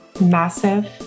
massive